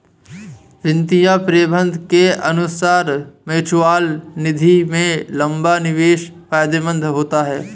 वित्तीय प्रबंधक के अनुसार म्यूचअल निधि में लंबा निवेश फायदेमंद होता है